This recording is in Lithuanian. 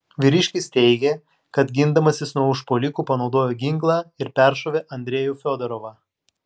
vyriškis teigė kad gindamasis nuo užpuolikų panaudojo ginklą ir peršovė andrejų fiodorovą